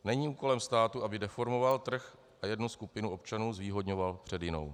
Není kolem státu, aby deformoval trh a jednu skupinu občanů zvýhodňoval před jinou.